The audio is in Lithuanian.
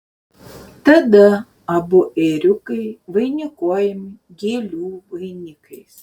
tada abu ėriukai vainikuojami gėlių vainikais